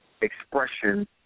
expression